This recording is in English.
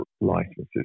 licenses